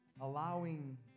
allowing